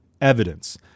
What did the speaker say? evidence